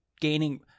gaining